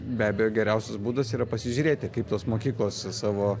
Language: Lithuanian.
be abejo geriausias būdas yra pasižiūrėti kaip tos mokyklos savo